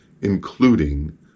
including